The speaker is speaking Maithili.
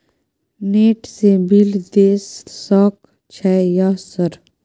नेट से बिल देश सक छै यह सर?